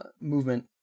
movement